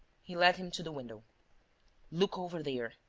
he led him to the window look over there.